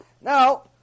Now